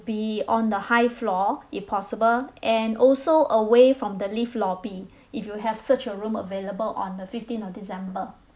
be on the high floor if possible and also away from the lift lobby if you have such a room available on the fifteen of december